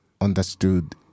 understood